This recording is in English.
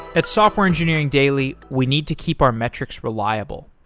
at software engineering daily, we need to keep our metrics reliable.